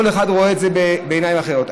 כל אחד רואה את זה בעיניים אחרות.